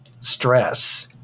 stress